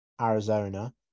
Arizona